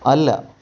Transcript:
അല്ല